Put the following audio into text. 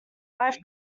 life